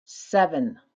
seven